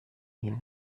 mehr